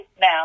now